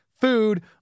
food